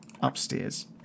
upstairs